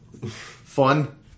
fun